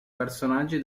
personaggi